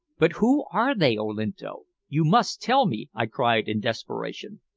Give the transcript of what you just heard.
but who are they, olinto? you must tell me, i cried in desperation.